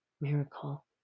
miracle